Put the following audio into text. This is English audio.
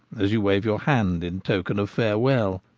as you wave your hand in token of farewell.